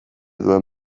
duen